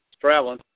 traveling